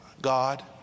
God